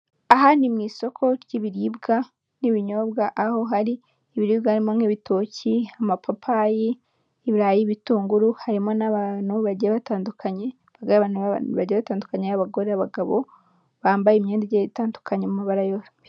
Aha ni mu isoko ry'ibiribwa n'ibinyobwa aho hari ibiribwa harimo nk'ibitoki amapapayi ibirarayi ibitunguru harimo n'abantu bagiye batandukanye, bagiye batandukanye abagore abagabo bambaye imyenda igiye itandiukanye mu mabara yayo.